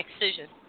excision